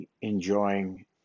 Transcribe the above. enjoying